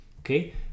Okay